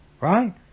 right